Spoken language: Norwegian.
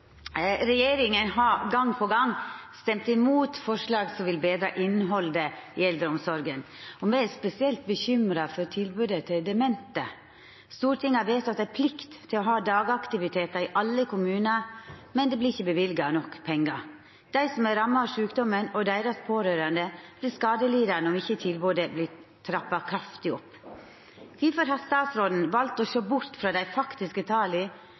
har gang på gang stemt mot forslag som vil bedre innholdet i eldreomsorgen. Vi er spesielt bekymret for tilbudet til demente. Stortinget har vedtatt en plikt til å ha dagaktiviteter i alle kommuner, men det bevilges ikke nok penger. De som er rammet av sykdommen og deres pårørende blir skadelidende hvis ikke tilbudet trappes kraftig opp. Hvorfor har statsråden valgt å se bort fra de faktiske